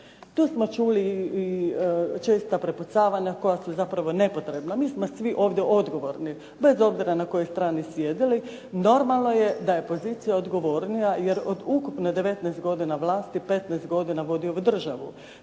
Tu smo čuli i česta prepucavanja koja su zapravo nepotrebna. Mi smo svi ovdje odgovorni, bez obzira na kojoj strani sjedili. Normalno je da je pozicija odgovornija, jer od ukupne 19 godina vlasti, 15 godina vodi ovu državu.